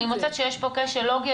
אני מוצאת שיש פה כשל לוגי.